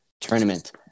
tournament